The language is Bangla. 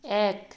এক